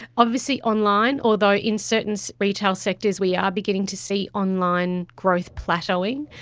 obviously online, although in certain so retail sectors we are beginning to see online growth plateauing,